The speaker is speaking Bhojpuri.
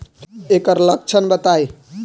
एकर लक्षण बताई?